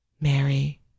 Mary